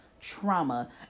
trauma